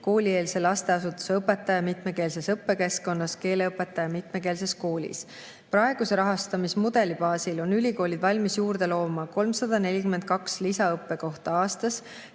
koolieelse lasteasutuse õpetaja mitmekeelses õppekeskkonnas, keeleõpetaja mitmekeelses koolis. Praeguse rahastamismudeli baasil on ülikoolid valmis juurde looma 342 lisaõppekohta aastas,